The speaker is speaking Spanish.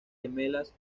gemelas